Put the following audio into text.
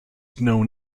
known